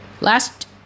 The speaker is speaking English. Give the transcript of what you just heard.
last